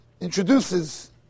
introduces